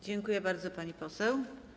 Dziękuję bardzo, pani poseł.